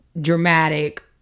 dramatic